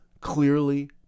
clearly